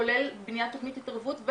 כולל בניית תכנית התערבות.